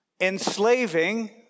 enslaving